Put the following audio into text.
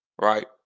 right